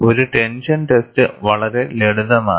ഒരു tension test വളരെ ലളിതമാണ്